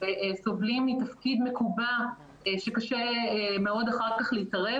סובלים ממצב מקובע שקשה אחר כך להתערב.